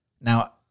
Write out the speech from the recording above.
Now